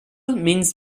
means